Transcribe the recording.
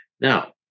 Now